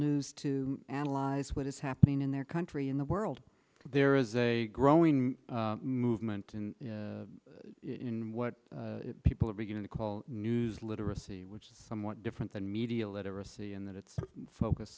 news to analyze what is happening in their country in the world there is a growing movement in what people are beginning to call literacy which is somewhat different than media literacy in that it's focus